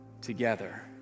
together